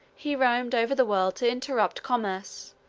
he roamed over the world to interrupt commerce,